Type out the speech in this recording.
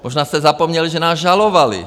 Možná jste zapomněli, že nás žalovali.